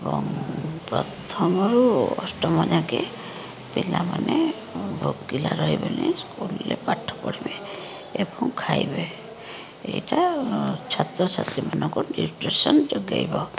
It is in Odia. ଏବଂ ପ୍ରଥମରୁ ଅଷ୍ଟମ ଯାକେ ପିଲାମାନେ ଭୋକିଲା ରହିବେନି ସ୍କୁଲ୍ରେ ପାଠ ପଢ଼ିବେ ଏବଂ ଖାଇବେ ଏଇଟା ଛାତ୍ର ଛାତ୍ରୀମାନଙ୍କୁ ନ୍ୟୁଟ୍ରିସନ୍ ଯୋଗାଇବ